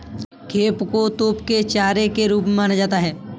खेपों को तोप के चारे के रूप में माना जाता था